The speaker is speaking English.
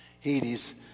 Hades